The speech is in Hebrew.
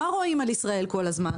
מה רואים על ישראל כל הזמן?